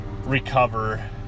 recover